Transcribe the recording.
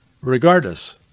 regardless